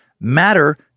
Matter